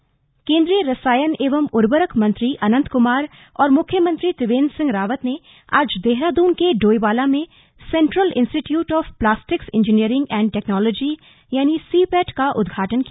उदघाटन केंद्रीय रसायन एवं उर्वरक मंत्री अनंत कुमार और मुख्यमंत्री त्रिवेन्द्र सिंह रावत ने आज देहरादून के डोईवाला में central institute of plastics engineering and technology यानि सिपेट का उद्घाटन किया